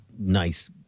Nice